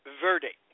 verdict